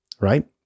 right